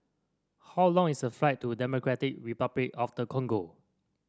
how long is the flight to Democratic Republic of the Congo